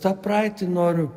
tą praeitį noriu